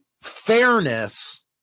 fairness